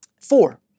Four